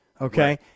okay